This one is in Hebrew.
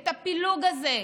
את הפילוג הזה,